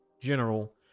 general